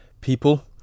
people